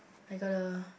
I got a